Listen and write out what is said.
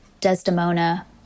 Desdemona